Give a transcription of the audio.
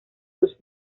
sus